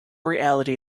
reality